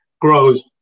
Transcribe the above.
grows